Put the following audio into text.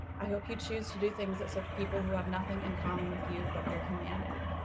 i hope you choose to do things that serve people who have nothing in common with you but your humanity.